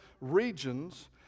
regions